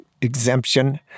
exemption